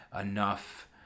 enough